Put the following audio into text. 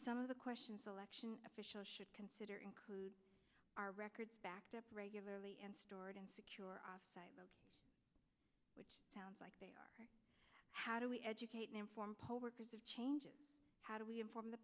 some of the questions election officials should consider include our records backed up regularly and stored in secure site which sounds like they are how do we educate and inform poll workers to change how do we inform the